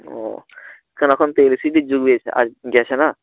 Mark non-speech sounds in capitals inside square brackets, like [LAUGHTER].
ও কেন এখন তো এল সি ডির যুগ [UNINTELLIGIBLE] গেছে না